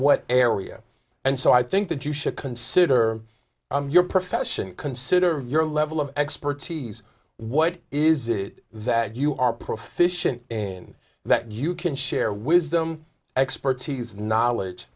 what area and so i think that you should consider your profession consider your level of expertise what is it that you are pro fission in that you can share wisdom expertise knowledge